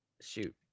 shoot